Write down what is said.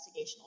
investigational